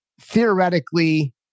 theoretically